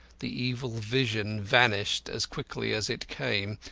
the evil vision vanished as quickly as it came,